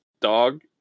dog